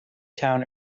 town